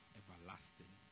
everlasting